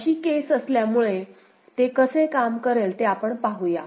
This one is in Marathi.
अशी केस असल्यामुळे ते कसे काम करेल ते आपण पाहूया